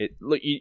Look